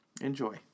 Enjoy